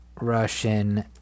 Russian